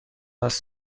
است